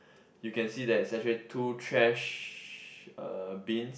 you can see there's actually two trash uh bins